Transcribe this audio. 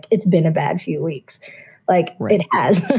it's been a bad few weeks like it has.